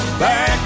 back